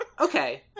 Okay